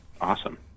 Awesome